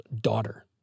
daughter